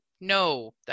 no